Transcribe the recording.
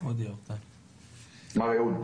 מר אהוד.